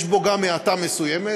יש בו גם האטה מסוימת,